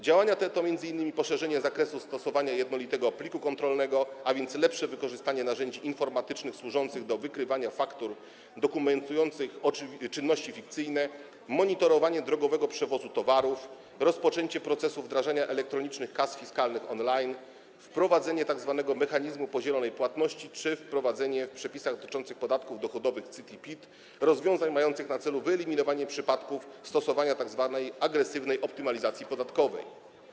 Działania te to m.in. poszerzenie zakresu stosowania jednolitego pliku kontrolnego, a więc lepsze wykorzystanie narzędzi informatycznych służących do wykrywania faktur dokumentujących czynności fikcyjne, monitorowanie drogowego przewozu towarów, rozpoczęcie procesu wdrażania elektronicznych kas fiskalnych on-line, wprowadzenie tzw. mechanizmu podzielonej płatności czy wprowadzenie w przepisach dotyczących podatków dochodowych CIT i PIT rozwiązań mających na celu wyeliminowanie przypadków stosowania tzw. agresywnej optymalizacji podatkowej.